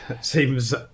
seems